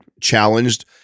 challenged